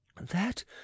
That